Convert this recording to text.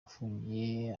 afungiye